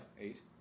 eight